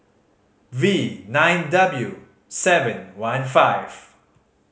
V nine W seven one five